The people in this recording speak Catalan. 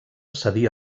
cedí